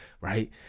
Right